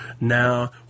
Now